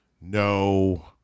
no